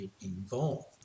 involved